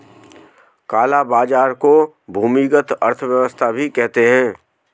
काला बाजार को भूमिगत अर्थव्यवस्था भी कहते हैं